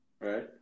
Right